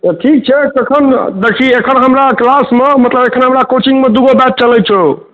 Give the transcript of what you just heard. ठीक छै तखन आब देखही एखन हमरा क्लासमे मतलब एखन हमरा कोचिङ्गमे दू गो बैच चलै छउ